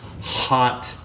hot